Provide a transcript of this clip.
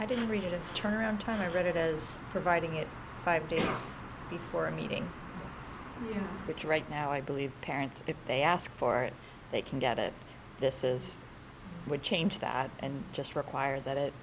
i didn't read it as turnaround time i read it as providing it five days before a meeting which right now i believe parents if they ask for it they can get it this is what change that and just require that it